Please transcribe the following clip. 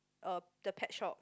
uh the pet shop